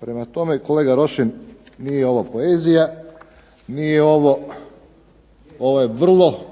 Prema tome kolega Rošin, nije ovo poezija, ovo je vrlo